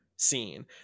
scene